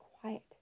quiet